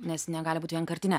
nes negali būt vienkartinė